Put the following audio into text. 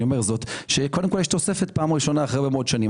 אומר זאת - שיש תוספת אחרי הרבה מאוד שנים.